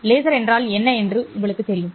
laser என்றால் என்ன என்று எனக்குத் தெரியும்